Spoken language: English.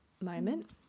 moment